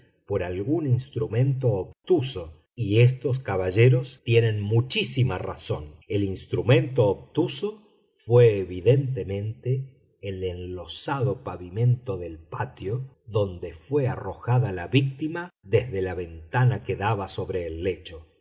por algún instrumento obtuso y estos caballeros tienen muchísima razón el instrumento obtuso fué evidentemente el enlosado pavimento del patio donde fué arrojada la víctima desde la ventana que daba sobre el lecho